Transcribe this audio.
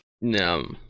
no